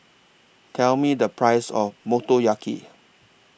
Tell Me The Price of Motoyaki